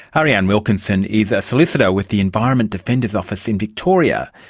ariane wilkinson is a solicitor with the environment defenders office in victoria.